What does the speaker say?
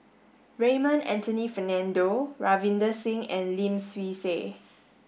Raymond Anthony Fernando Ravinder Singh and Lim Swee Say